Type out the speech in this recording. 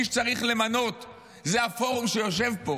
מי שצריך למנות זה הפורום שיושב פה,